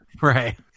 Right